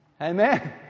Amen